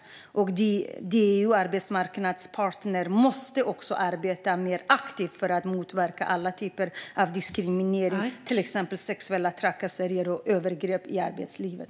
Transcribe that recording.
DO och arbetsmarknadens parter måste också arbeta mer aktivt för att motverka alla typer av diskriminering, till exempel sexuella trakasserier och övergrepp i arbetslivet.